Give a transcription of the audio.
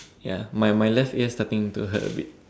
ya my my left ear starting to hurt a bit